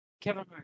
Kevin